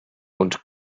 und